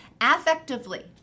affectively